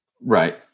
Right